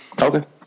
Okay